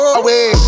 away